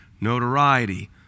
notoriety